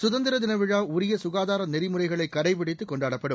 சுதந்திர தின விழா உரிய சுகாதார நெறிமுறைகளை கடைபிடித்து கொண்டாடப்படும்